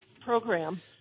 program